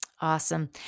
awesome